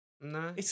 No